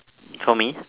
for me